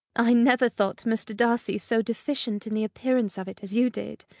i never thought mr. darcy so deficient in the appearance of it as you did,